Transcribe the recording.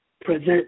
present